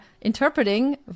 interpreting